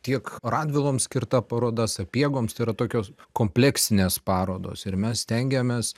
tiek radviloms skirta paroda sapiegoms tai yra tokios kompleksinės parodos ir mes stengiamės